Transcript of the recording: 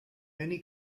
many